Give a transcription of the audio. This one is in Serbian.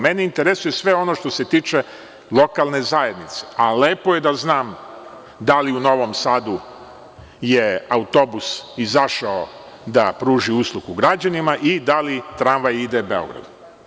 Mene interesuje sve ono što se tiče lokalne zajednice, a lepo je da znam da li u Novom Sadu je autobus izašao da pruži uslugu građanima i da li tramvaj ide Beogradom.